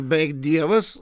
beveik dievas